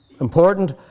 important